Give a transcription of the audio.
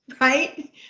right